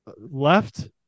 left